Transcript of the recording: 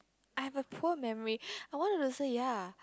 I have a poor memory I wanted to say ya